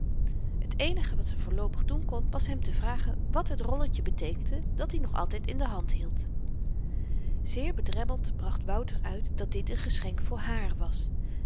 t eenige wat ze voorloopig doen kon was hem te vragen wat het rolletje beteekende dat-i nog altyd in de hand hield zeer bedremmeld bracht wouter uit dat dit n geschenk voor hààr was